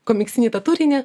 komiksinį tą turinį